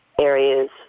areas